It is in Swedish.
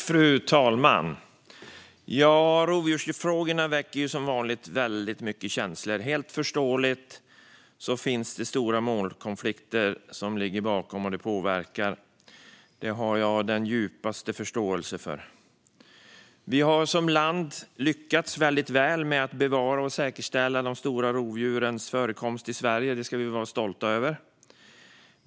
Fru talman! Rovdjursfrågorna väcker som vanligt mycket känslor. Helt försåtligt ligger det stora målkonflikter bakom och påverkar, och det har jag den djupaste förståelse för. Vi har som land lyckats väl med att bevara bevara och säkerställa de stora rovdjurens förekomst i Sverige, och det ska vi vara stolta över.